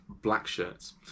blackshirts